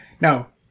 Now